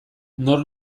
nor